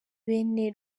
bene